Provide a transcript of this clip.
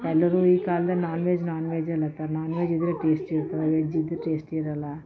ಕೆಲವ್ರು ಈ ಕಾಲದಲ್ಲಿ ನಾನ್ ವೆಜ್ ನಾನ್ ವೆಜ್ ಅನ್ಲತ್ತಾರ ನಾನ್ ವೆಜ್ ಇದ್ದರೆ ಟೇಸ್ಟ್ ಇರ್ತದೆ ವೆಜ್ ಇದ್ರೆ ಟೇಸ್ಟಿ ಇರಲ್ಲ